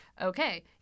Okay